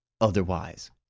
otherwise